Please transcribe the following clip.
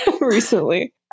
recently